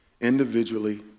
individually